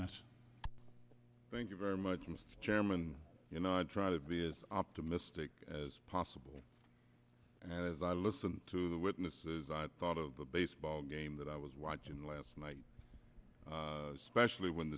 minutes thank you very much mr chairman you know i try to be as optimistic as possible and as i listen to the witnesses i thought of the baseball game that i was watching last night especially when